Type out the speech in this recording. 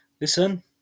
Listen